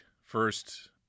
first